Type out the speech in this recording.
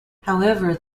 however